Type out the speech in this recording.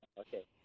Okay